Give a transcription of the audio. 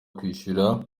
kwishyura